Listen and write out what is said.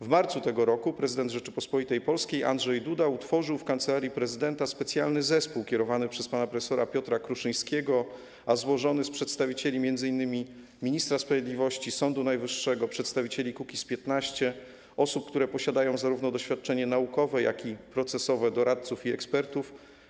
W marcu tego roku prezydent Rzeczypospolitej Polskiej Andrzej Duda utworzył w Kancelarii Prezydenta specjalny zespół kierowany przez pana prof. Piotra Kruszyńskiego, a złożony z przedstawicieli m.in. ministra sprawiedliwości, Sądu Najwyższego, przedstawicieli Kukiz’15, osób, które posiadają doświadczenie zarówno naukowe, jak i procesowe, doradców i ekspertów.